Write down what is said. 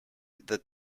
that